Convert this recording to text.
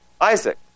Isaac